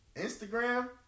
Instagram